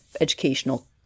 educational